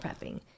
prepping